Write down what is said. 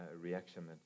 reaction